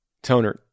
Toner